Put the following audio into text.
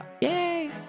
Yay